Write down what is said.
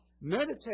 meditate